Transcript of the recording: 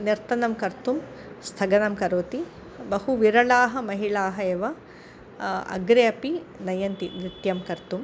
नर्तनं कर्तुं स्थगनं करोति बहु विरलाः महिलाः एव अग्रे अपि नयन्ति नृत्यं कर्तुम्